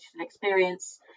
experience